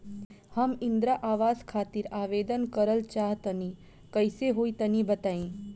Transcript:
हम इंद्रा आवास खातिर आवेदन करल चाह तनि कइसे होई तनि बताई?